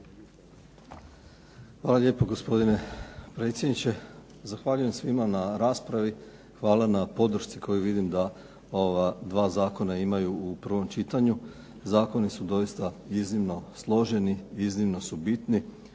Hvala lijepo, gospodine predsjedniče. Zahvaljujem svima na raspravi. Hvala na podršci koju vidim da ova dva zakona imaju u prvom čitanju. Zakoni su doista iznimno složeni, iznimno su bitni.